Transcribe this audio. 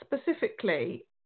specifically